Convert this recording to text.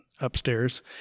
upstairs